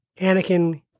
Anakin